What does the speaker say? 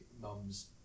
mum's